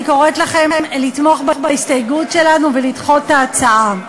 אני קוראת לכם לתמוך בהסתייגות שלנו ולדחות את ההצעה.